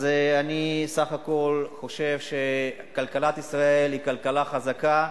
אז אני בסך הכול חושב שכלכלת ישראל היא כלכלה חזקה,